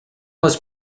was